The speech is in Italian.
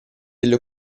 delle